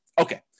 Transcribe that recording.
Okay